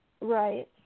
Right